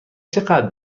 چقدر